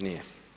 Nije.